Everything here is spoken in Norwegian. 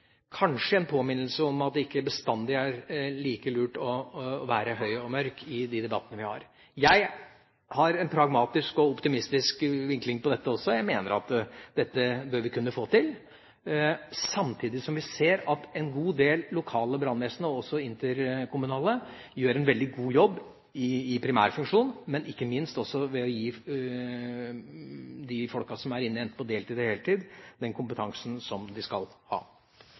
kanskje er en påminnelse om at det ikke bestandig er like lurt å være høy og mørk i de debattene vi har. Jeg har en pragmatisk og optimistisk vinkling på dette også, og mener at dette bør vi kunne få til. Samtidig ser vi at en god del lokale brannvesen – og også interkommunale – gjør en veldig god jobb i primærfunksjonen, men ikke minst også ved å gi de folkene som er inne, enten på heltid eller på deltid, den kompetansen de skal ha.